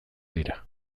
dira